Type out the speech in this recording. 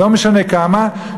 לא משנה כמה,